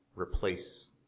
replace